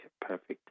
perfect